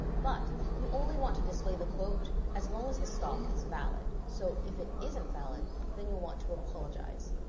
but you only want to display the quote as long as the stock is valid. so if it isn't valid, then you'll want to apologize,